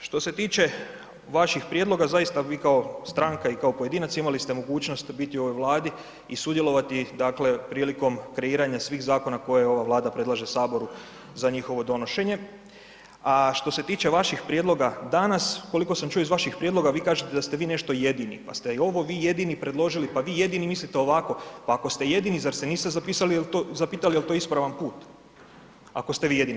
Što se tiče vaših prijedloga, zaista vi kao stranka i kao pojedinac imali ste mogućnost biti u ovoj Vladi i sudjelovali dakle prilikom kreiranja svih zakona koje ova Vlada predlaže Saboru za njihovo donošenje, a što se tiče vaših prijedloga danas, koliko sam čuo iz vaših prijedloga, vi kažete da vi nešto jedini, pa ste ovo vi jedini ovo predložili, pa vi jedini mislite ovako, pa ako ste jedini, zar se niste zapitali je li to ispravan put, ako ste vi jedini?